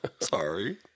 Sorry